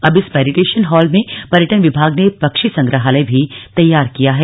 अब इस meditation hall में पर्यटन विभाग ने पक्षी संग्रहालय भी तैयार किया है